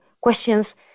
questions